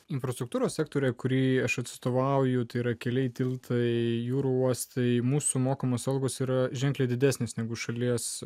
infrastruktūros sektoriuje kurį aš atstovauju tai yra keliai tiltai jūrų uostai mūsų mokamos algos yra ženkliai didesnis negu šalies